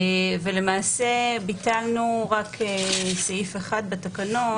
למעשה, ביטלנו רק סעיף אחד בתקנות